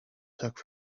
took